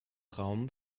raum